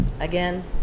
again